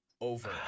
over